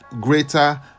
greater